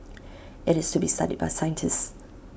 IT is to be studied by scientists